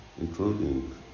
including